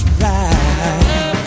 right